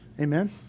Amen